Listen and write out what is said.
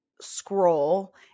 scroll